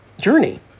journey